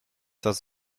das